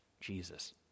Jesus